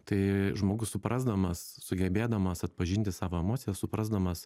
tai žmogus suprasdamas sugebėdamas atpažinti savo emocijas suprasdamas